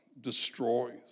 destroys